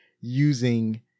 using